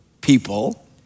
people